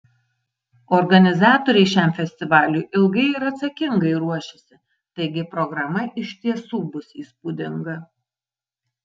organizatoriai šiam festivaliui ilgai ir atsakingai ruošėsi taigi programa iš tiesų bus įspūdinga